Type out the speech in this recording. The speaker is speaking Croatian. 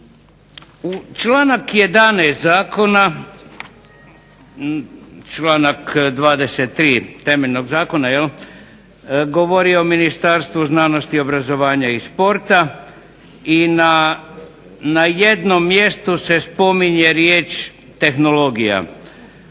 članak 11. Zakona, članak 23. temeljnog Zakona govori o Ministarstvu znanosti, obrazovanja i sporta, i na jednom mjestu se spominje riječ "tehnologija",